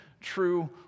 true